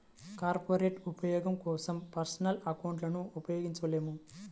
corporate ఉపయోగం కోసం personal అకౌంట్లను ఉపయోగించలేము